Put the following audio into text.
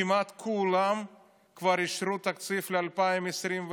כמעט כולן כבר אישרו תקציב ל-2021,